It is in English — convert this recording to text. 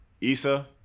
Issa